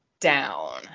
down